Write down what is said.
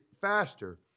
faster